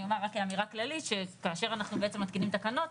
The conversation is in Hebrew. אני אומר רק כאמירה כללית שכאשר אנחנו בעצם מתקינים תקנות,